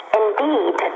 indeed